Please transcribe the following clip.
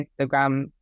instagram